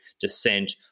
descent